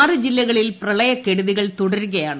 ആറു ജില്ലകളിൽ പ്രളയക്കെടുതികൾ തുടരുകയാണ്